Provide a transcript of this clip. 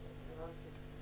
זהן.